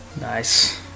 nice